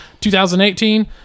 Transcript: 2018